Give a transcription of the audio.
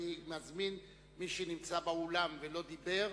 ואני מזמין את מי שנמצא באולם ולא דיבר